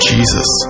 Jesus